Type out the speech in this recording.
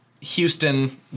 Houston